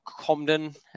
Comden